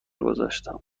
گذاشتم